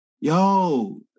yo